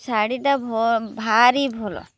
ଶାଢ଼ୀଟା ଭାରି ଭଲ